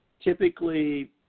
typically